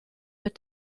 but